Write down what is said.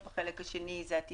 יצחק, זה לא